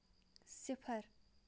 صِفر